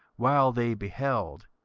while they beheld,